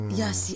yes